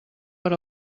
per